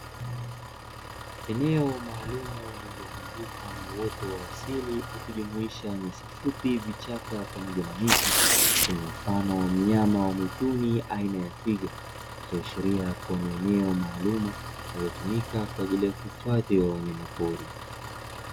Eneo maalumu lililozungukwa na uoto wa asili ukijumuisha nyasi fupi vichaka pamoja na miti yenye mfano wa mnyama wa mwituni, aina ya twiga ikiashiria kua ni eneo maalumu lililotimika kwa ajili ya uhifadhi wa wanyama pori.